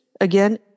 again